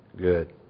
good